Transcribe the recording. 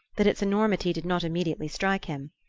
that its enormity did not immediately strike him.